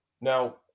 Now